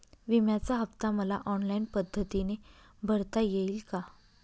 विम्याचा हफ्ता मला ऑनलाईन पद्धतीने भरता येईल का?